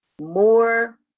more